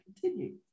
continue